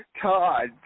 Todd